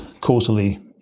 quarterly